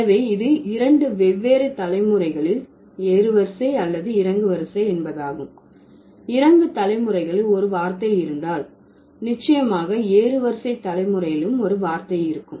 எனவே இது இரண்டு வெவ்வேறு தலைமுறைகளில் ஏறுவரிசை அல்லது இறங்குவரிசை என்பதாகும் இறங்கு தலைமுறைகளில் ஒரு வார்த்தை இருந்தால் நிச்சயமாக ஏறுவரிசை தலைமுறையிலும் ஒரு வார்த்தை இருக்கும்